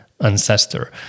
ancestor